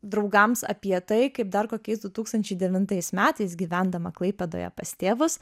draugams apie tai kaip dar kokiais du tūkstančiai devintais metais gyvendama klaipėdoje pas tėvus